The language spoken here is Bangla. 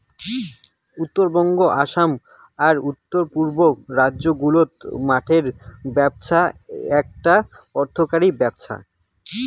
উত্তরবঙ্গ, অসম আর উত্তর পুব রাজ্য গুলাত কাঠের ব্যপছা এ্যাকটা অর্থকরী ব্যপছা